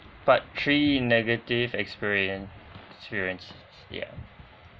part three negative experien~ experience ya